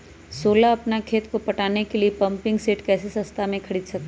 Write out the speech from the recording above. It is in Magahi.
सोलह अपना खेत को पटाने के लिए पम्पिंग सेट कैसे सस्ता मे खरीद सके?